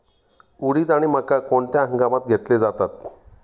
उडीद आणि मका कोणत्या हंगामात घेतले जातात?